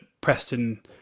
Preston